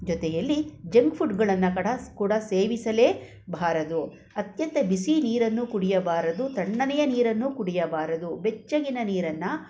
ಜೊತೆಯಲ್ಲಿ ಜಂಕ್ ಫುಡ್ಗಳನ್ನು ಕಡ ಕೂಡ ಸೇವಿಸಲೇಬಾರದು ಅತ್ಯಂತ ಬಿಸಿ ನೀರನ್ನು ಕುಡಿಯಬಾರದು ತಣ್ಣನೆಯ ನೀರನ್ನು ಕುಡಿಯಬಾರದು ಬೆಚ್ಚಗಿನ ನೀರನ್ನು